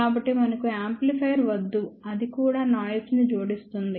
కాబట్టి మనకు యాంప్లిఫైయర్ వద్దు అది కూడా నాయిస్ ని జోడిస్తుంది